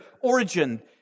origin